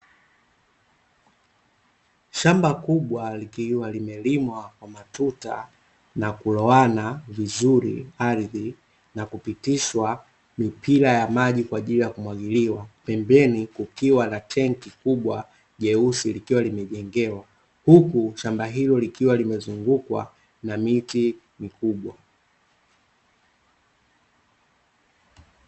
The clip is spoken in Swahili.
Shamba kubwa likiwa limelimwa kwa matuta na kuloana vizuri ardhi, na kupitishwa mipira ya maji kwaajili ya kumwagiliwa. Pembeni kukiwa na tenki kubwa jeusi likiwa limejengewa, huku shamba hilo likiwa limezungukwa na miti mikubwa.